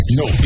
no